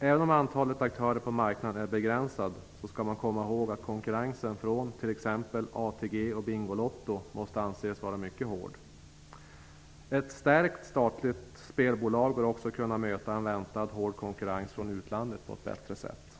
Även om antalet aktörer på marknaden är begränsat skall man komma ihåg att konkurrensen från t.ex. ATG och Bingolotto måste anses vara mycket hård. Ett stärkt statligt spelbolag bör också kunna möta en väntad hård konkurrens från utlandet på ett bättre sätt.